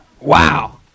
Wow